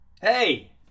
Hey